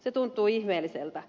se tuntuu ihmeelliseltä